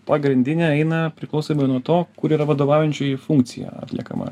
pagrindinė eina priklausomai nuo to kur yra vadovaujančioji funkcija atliekama